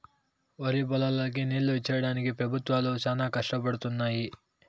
వరిపొలాలకి నీళ్ళు ఇచ్చేడానికి పెబుత్వాలు చానా కష్టపడుతున్నయ్యి